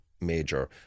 major